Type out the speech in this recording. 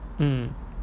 mm